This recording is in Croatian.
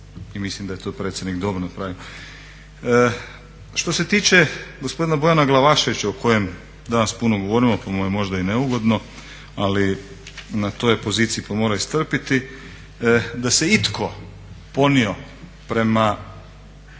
mislim da je to predsjednik dobro napravio. Što se tiče gospodina Bojana Glavaševića o kojem danas puno govorimo pa mu je možda i neugodno ali na toj je poziciji pa mora istrpiti da se itko ponio prema